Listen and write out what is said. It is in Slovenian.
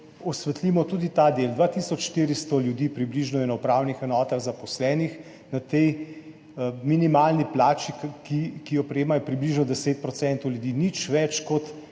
osvetlimo tudi ta del, 2 tisoč 400 ljudi približno je na upravnih enotah zaposlenih, minimalno plačo prejema približno 10 % ljudi, nič več kot